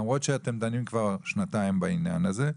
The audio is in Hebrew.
למרות שאתם דנים כבר שנתיים בעניין הזה,